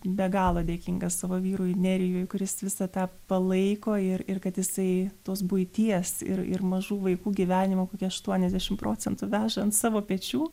be galo dėkinga savo vyrui nerijui kuris visa tą palaiko ir ir kad jisai tos buities ir ir mažų vaikų gyvenimo kokie aštuoniasdešim procentų veža ant savo pečių